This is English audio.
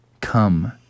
come